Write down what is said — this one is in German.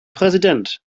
präsident